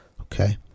Okay